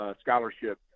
scholarship